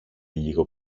λίγο